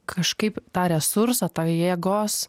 kažkaip tą resursą tą jėgos